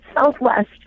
Southwest